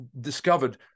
discovered